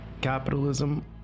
capitalism